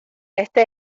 este